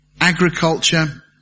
Agriculture